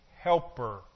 helper